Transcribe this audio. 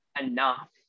enough